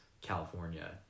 California